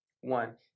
One